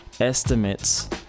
estimates